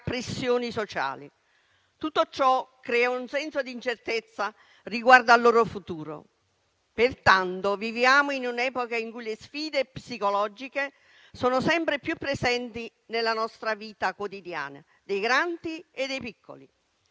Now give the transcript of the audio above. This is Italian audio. pressioni sociali. Tutto ciò crea un senso di incertezza riguardo al loro futuro. Pertanto viviamo in un'epoca in cui le sfide psicologiche sono sempre più presenti nella nostra vita quotidiana, dei grandi e dei piccoli.